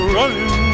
running